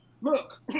look